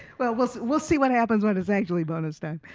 well we'll, we'll see what happens when it's actually bonus time.